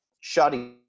shoddy